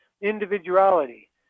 individuality